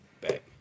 back